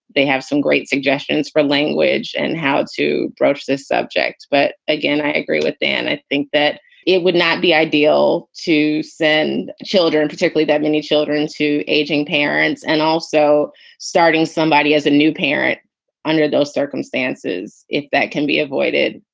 they have some great suggestions for language and how to broach this subject. but again, i agree with dan. i think that it would not be ideal to send children, particularly that many children, to aging parents and also starting somebody as a new parent under those circumstances. if that can be avoided,